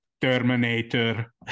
Terminator